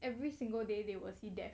every single day they will see death